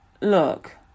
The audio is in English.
look